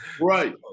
Right